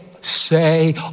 say